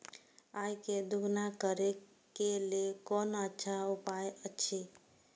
आय के दोगुणा करे के लेल कोन अच्छा उपाय अछि?